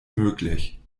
möglich